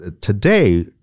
today